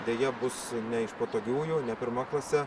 deja bus ne iš patogiųjų ne pirma klase